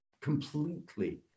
completely